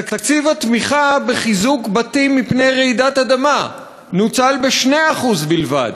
תקציב התמיכה בחיזוק בתים מפני רעידת אדמה נוצל ב-2% בלבד.